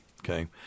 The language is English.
Okay